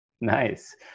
Nice